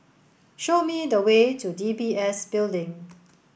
show me the way to D B S Building